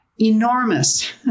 enormous